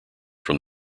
from